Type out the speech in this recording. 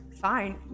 fine